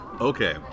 Okay